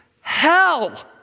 hell